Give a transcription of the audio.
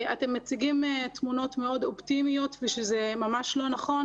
אתם מציגים תמונות מאוד אופטימיות וזה ממש לא נכון.